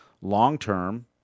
long-term